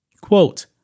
Quote